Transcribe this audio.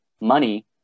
money